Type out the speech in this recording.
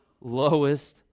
lowest